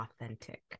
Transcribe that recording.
authentic